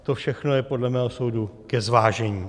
To všechno je podle mého soudu ke zvážení.